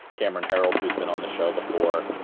cameron herold who's been on the show before.